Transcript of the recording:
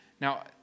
Now